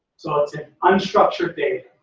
so it's an unstructured data.